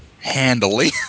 Handily